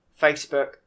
Facebook